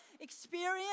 Experience